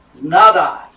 Nada